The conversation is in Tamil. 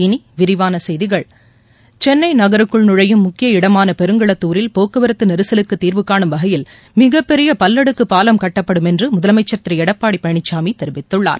இனி விரிவான செய்திகள் சென்னை நகருக்குள் நுழையும் முக்கிய இடமான பெருங்களத்தூரில் போக்குவரத்து நெரிசலுக்கு தீர்வு காணும் வகையில் மிகப்பெரிய பல்லடுக்கு பாலம் கட்டப்படும் என்று முதலமைச்சர் திரு எடப்பாடி பழனிசாமி தெரிவித்துள்ளார்